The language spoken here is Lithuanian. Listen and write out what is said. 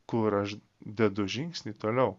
kur aš dedu žingsnį toliau